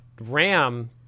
RAM